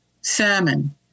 salmon